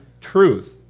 truth